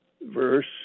verse